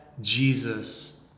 Jesus